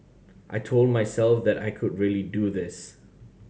I told myself that I could really do this